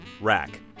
Rack